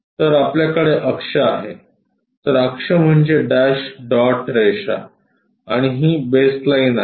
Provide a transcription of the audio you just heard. तर आपल्याकडे अक्ष आहे तर अक्ष म्हणजे डॅश डॉट रेषा आणि ही बेसलाइन आहे